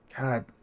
God